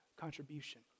contribution